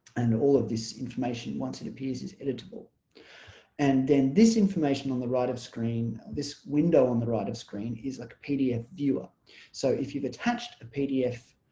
and all of this information once it appears is editable and then this information on the right of screen this window on the right of screen is like a pdf viewer so if you've attached a pdf